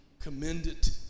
commended